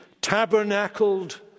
tabernacled